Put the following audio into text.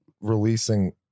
releasing